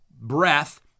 breath